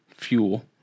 fuel